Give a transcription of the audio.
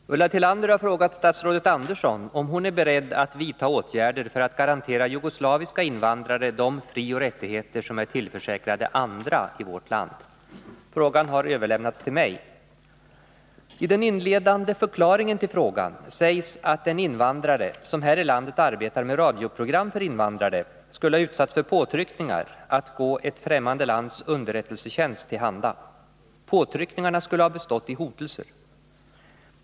Herr talman! Ulla Tillander har frågat statsrådet Andersson om hon är beredd att vidta åtgärder för att garantera jugoslaviska invandrare de frioch rättigheter som är tillförsäkrade andra i vårt land. Frågan har överlämnats till mig. I den inledande förklaringen till frågan sägs att en invandrare, som här i landet arbetar med radioprogram för invandrare, skulle ha utsatts för påtryckningar att gå ett främmande lands underrättelsetjänst till handa. Påtryckningarna skulle ha bestått i hotelser.